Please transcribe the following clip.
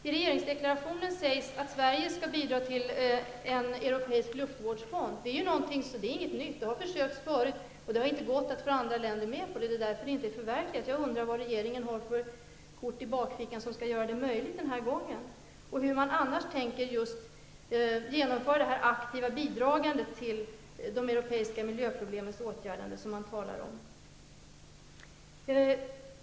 I regeringsdeklarationen sägs att Sverige skall bidra till en europeisk luftvårdsfond. Det är inget nytt. Det har försökts förut. Det har inte gått att få andra länder med på detta. Det är därför den inte är förverkligad. Jag undrar vad regeringen har för kort i bakfickan som skall göra det möjligt den här gången. Hur tänker man annars bidra aktivt till åtgärdandet av de europeiska miljöproblemen, vilket man talar om?